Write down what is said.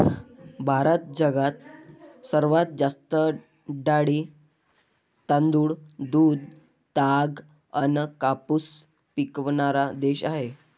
भारत जगात सर्वात जास्त डाळी, तांदूळ, दूध, ताग अन कापूस पिकवनारा देश हाय